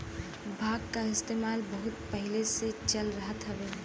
भांग क इस्तेमाल बहुत पहिले से चल रहल हउवे